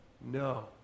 No